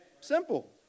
Simple